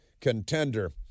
contender